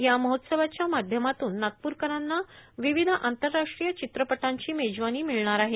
या महोत्सवाच्या माध्यमातून नागपूरकरांना विविध आंतरराष्ट्रीय चित्रपटांची मेजवानी मिळणार आहे